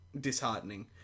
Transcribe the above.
disheartening